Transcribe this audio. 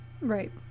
right